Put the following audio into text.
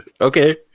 Okay